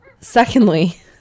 Secondly